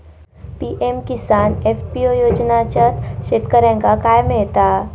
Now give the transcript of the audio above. PM Kisan FPO योजनाच्यात शेतकऱ्यांका काय मिळता?